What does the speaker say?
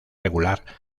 regular